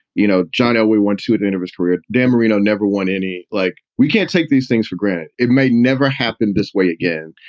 you know, jonah, we went to an anniversary at dan marino. never won any. like, we can't take these things for granted. it may never happen this way again.